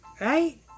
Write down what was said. Right